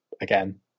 again